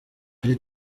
iri